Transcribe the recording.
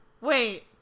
Wait